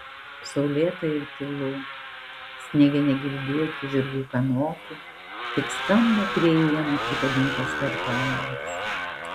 saulėta ir tylu sniege negirdėti žirgų kanopų tik skamba prie ienų prikabintas varpelis